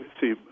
see